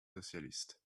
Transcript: socialiste